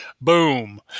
boom